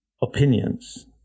opinions